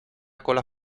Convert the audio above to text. cola